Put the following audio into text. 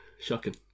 Shocking